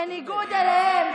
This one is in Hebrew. בניגוד אליהם,